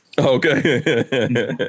Okay